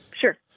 Sure